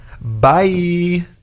bye